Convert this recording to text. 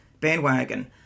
bandwagon